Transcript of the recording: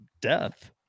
death